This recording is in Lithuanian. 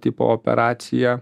tipo operacija